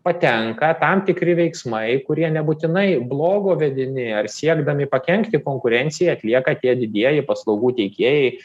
patenka tam tikri veiksmai kurie nebūtinai blogo vedini ar siekdami pakenkti konkurencijai atlieka tie didieji paslaugų teikėjai